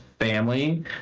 family